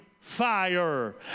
fire